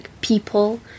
people